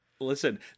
Listen